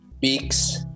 Beaks